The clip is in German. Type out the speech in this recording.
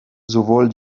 sowohl